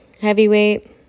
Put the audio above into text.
heavyweight